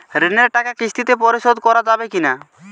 ঋণের টাকা কিস্তিতে পরিশোধ করা যাবে কি না?